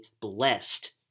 blessed